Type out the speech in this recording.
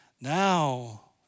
Now